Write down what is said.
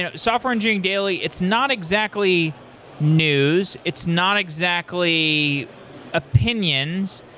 yeah software engineering daily, it's not exactly news. it's not exactly opinions.